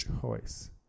choice